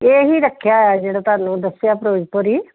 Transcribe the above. ਇਹ ਹੀ ਰੱਖਿਆ ਜਿਹੜਾ ਤੁਹਾਨੂੰ ਦੱਸਿਆ ਫਿਰੋਜ਼ਪੁਰੀ